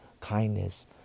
kindness